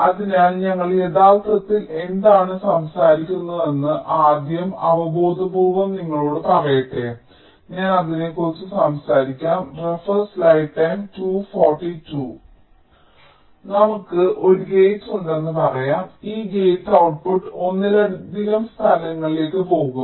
അതിനാൽ ഞങ്ങൾ യഥാർത്ഥത്തിൽ എന്താണ് സംസാരിക്കുന്നതെന്ന് ആദ്യം അവബോധപൂർവ്വം നിങ്ങളോട് പറയട്ടെ ഞാൻ അതിനെക്കുറിച്ച് സംസാരിക്കാം നമുക്ക് ഒരു ഗേറ്റ് ഉണ്ടെന്ന് പറയാം ഈ ഗേറ്റ് ഔട്ട്പുട്ട് ഒന്നിലധികം സ്ഥലങ്ങളിലേക്ക് പോകും